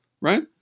right